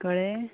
कळें